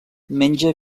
menja